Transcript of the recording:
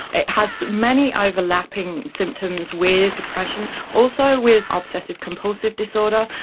it has many overlapping symptoms with depression, also with obsessive compulsive disorder,